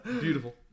Beautiful